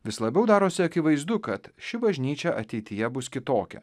vis labiau darosi akivaizdu kad ši bažnyčia ateityje bus kitokia